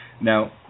Now